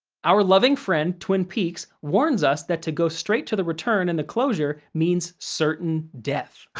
our loving friend, twin peaks, warns us that to go straight to the return and the closure means certain death.